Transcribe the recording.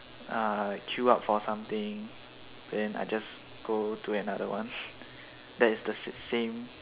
uh queue up for something then I just go to another one that is the same